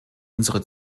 unsere